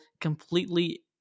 completely